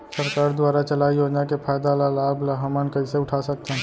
सरकार दुवारा चलाये योजना के फायदा ल लाभ ल हमन कइसे उठा सकथन?